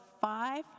five